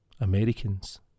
Americans